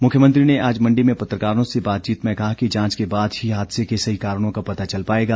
मुख्यमंत्री ने आज मण्डी में पत्रकारों से बातचीत में कहा कि जांच के बाद ही हादसे के सही कारणों का पता चल पाएगा